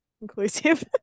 inclusive